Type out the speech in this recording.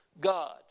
God